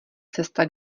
cesta